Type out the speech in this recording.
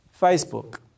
Facebook